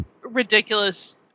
ridiculous